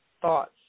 thoughts